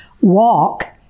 walk